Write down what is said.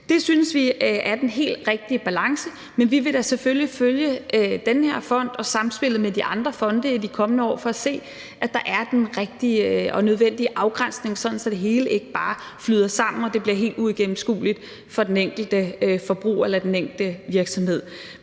Det synes vi er den helt rigtige balance, men vi vil da selvfølgelig følge den her fond og samspillet med de andre fonde i de kommende år for at se, om der er den rigtige og nødvendige afgrænsning, sådan at det hele ikke bare flyder sammen og det bliver helt uigennemskueligt for den enkelte forbruger eller den enkelte virksomhed.